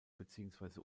beziehungsweise